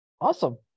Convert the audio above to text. Awesome